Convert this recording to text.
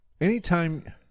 Anytime